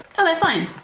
and they're fine